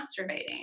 masturbating